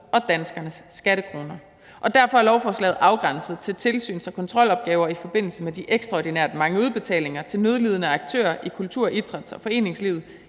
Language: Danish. og danskernes skattekroner. Derfor er lovforslaget afgrænset til tilsyns- og kontrolopgaver i forbindelse med de ekstraordinært mange udbetalinger til nødlidende aktører i kultur-, idræts- og foreningslivet